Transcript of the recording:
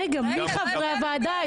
רגע, מי חברי הוועדה?